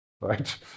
right